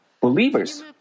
believers